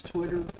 Twitter